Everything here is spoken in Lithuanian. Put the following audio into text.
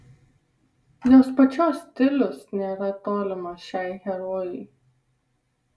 jos pačios stilius nėra tolimas šiai herojai